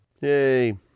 Yay